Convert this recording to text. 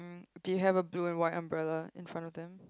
do you have a blue and white umbrella in front of them